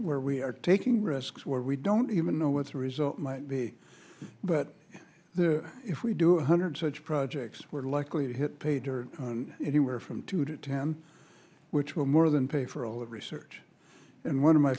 where we are taking risks where we don't even know what the result might be but if we do a hundred such projects we're likely to hit paydirt anywhere from two to ten which will more than pay for all the research and one of my